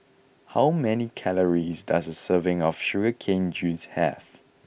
how many calories does a serving of Sugar Cane Juice have